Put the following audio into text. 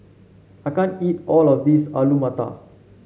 I can't eat all of this Alu Matar